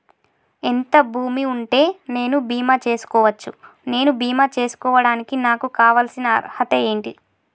ఎంత భూమి ఉంటే నేను బీమా చేసుకోవచ్చు? నేను బీమా చేసుకోవడానికి నాకు కావాల్సిన అర్హత ఏంటిది?